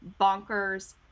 bonkers